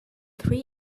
three